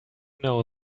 know